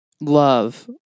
love